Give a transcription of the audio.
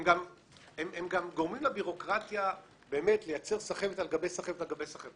הם גם גורמים לבירוקרטיה לייצר סחבת על גבי סחבת על גבי סחבת,